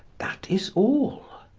that is all.